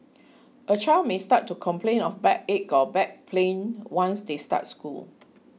a child may start to complain of backache or back pain once they start school